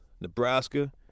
Nebraska